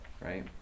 right